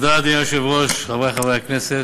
אדוני היושב-ראש, תודה, חברי חברי הכנסת,